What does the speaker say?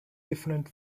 different